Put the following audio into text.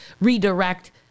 redirect